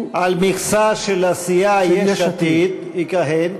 על המכסה של סיעת יש עתיד יכהן.